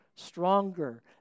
Stronger